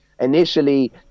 Initially